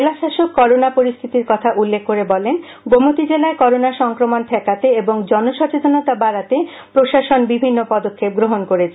জেলাশাসক করোনা পরিস্থিতির কথা উল্লেখ করে বলেন গোমতী জেলায় করোনা সংক্রমণ ঠেকাতে এবং জনসচেতনতা বাড়াতে প্রশাসন বিভিন্ন পদক্ষেপ গ্রহণ করেছে